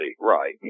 right